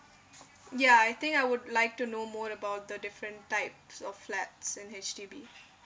ya I think I would like to know more about the different types of flats in H_D_B